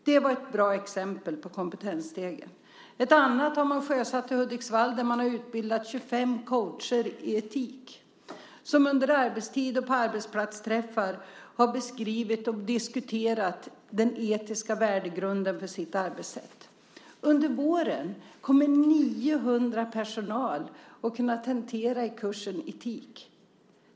Det är ett bra exempel på kompetensstege. Ett annat arbete har man sjösatt i Hudiksvall där man utbildat 25 coacher i etik som under arbetstid och vid arbetsplatsträffar beskrivit och diskuterat den etiska värdegrunden för sitt arbetssätt. Under våren kommer 900 personal att kunna tentera i kursen Etik.